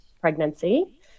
pregnancy